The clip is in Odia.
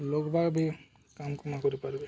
ଲବା ବି କାମ କମା କରିପାରିବ